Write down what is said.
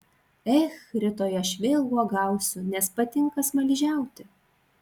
ech rytoj aš vėl uogausiu nes patinka smaližiauti